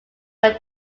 where